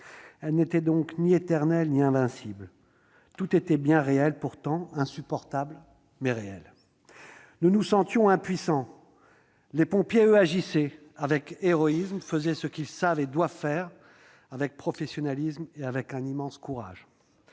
n'était donc ni éternelle ni invincible. Tout était bien réel pourtant ; insupportable, mais réel. Nous nous sentions impuissants. Les pompiers, eux, agissaient avec héroïsme, faisaient ce qu'ils savent et doivent faire, avec professionnalisme et avec un immense courage.